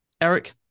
Eric